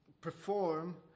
perform